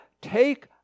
take